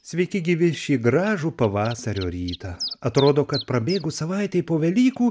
sveiki gyvi šį gražų pavasario rytą atrodo kad prabėgus savaitei po velykų